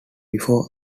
before